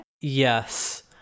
Yes